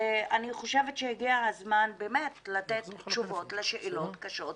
אני חושבת שהגיע הזמן באמת לתת תשובות לשאלות קשות